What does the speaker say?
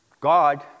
God